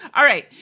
all right.